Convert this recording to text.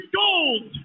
gold